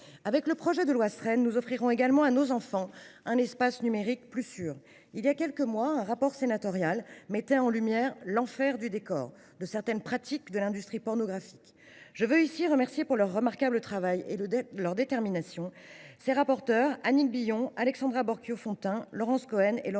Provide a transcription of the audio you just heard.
Avec le projet de loi Sren, nous offrirons également à nos enfants un espace numérique plus sûr. Il y a quelques mois, un rapport sénatorial mettait en lumière « l’enfer du décor » de certaines pratiques de l’industrie pornographique. Je tiens à saluer la détermination dont ont fait preuve les rapporteures Annick Billon, Alexandra Borchio Fontimp, Laurence Cohen et Laurence